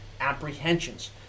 apprehensions